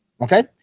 Okay